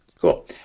Cool